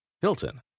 Hilton